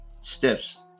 steps